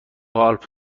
آلپ